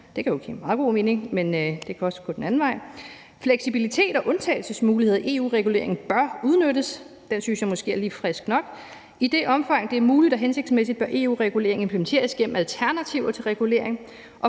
Det kan jo give meget god mening, men det kan også gå den anden vej. Fleksibilitet og undtagelsesmuligheder i EU-reguleringen bør udnyttes. Den synes jeg måske er lige frisk nok. I det omfang det er muligt og hensigtsmæssigt, bør EU-regulering implementeres gennem alternativer til regulering.